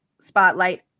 spotlight